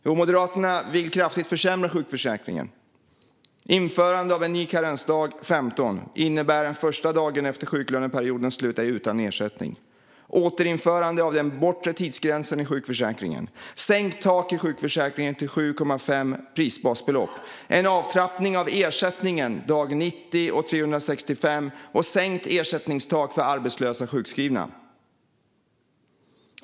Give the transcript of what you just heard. Jo, Moderaterna vill kraftigt försämra sjukförsäkringen: införande av en ny karensdag dag 15, vilket innebär att första dagen efter sjuklöneperiodens slut är utan ersättning återinförande av den bortre tidsgränsen i sjukförsäkringen sänkt tak i sjukförsäkringen till 7,5 prisbasbelopp en avtrappning av ersättningen dag 90-365 sänkt ersättningstak för arbetslösa sjukskrivna.